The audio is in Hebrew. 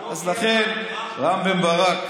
אז לכן, רם בן ברק,